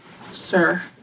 Sir